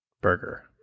burger